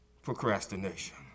Procrastination